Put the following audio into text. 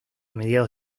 mediados